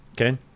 okay